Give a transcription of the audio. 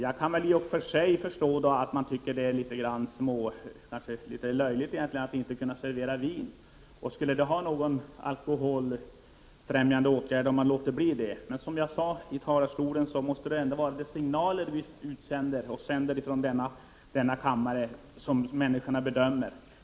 Jag kan i och för sig förstå att det verkar litet löjligt att inte kunna servera vin vid teater. Skulle det ändå vara en alkoholfrämjande åtgärd kan vi låta bli. Som jag sade från talarstolen är de signaler som vi sänder från denna kammare avgörande för människors bedömande.